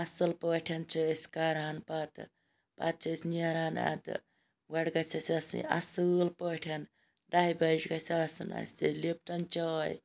اَصل پٲٹھۍ چھِ أسۍ کَران پَتہٕ پَتہٕ چھِ أسۍ نیران اَدٕ گۄڈٕ گژھِ اَسہِ آسٕنۍ اَصل پٲٹھۍ دَہہِ بَج گَژھِ آسٕنۍ اَسہِ لِپٹَن چاے